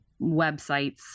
websites